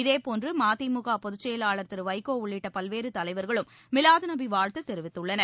இதேபோன்று மதிமுக பொதுச்செயலாள் திரு வைகோ உள்ளிட்ட பல்வேறு தலைவா்களும் மிலாதுநபி வாழ்த்து தெரிவித்துள்ளனர்